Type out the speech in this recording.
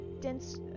dense